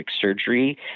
Surgery